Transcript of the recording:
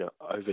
over